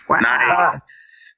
Nice